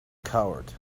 coward